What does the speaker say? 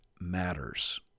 matters